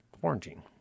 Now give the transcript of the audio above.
quarantine